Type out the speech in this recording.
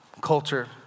culture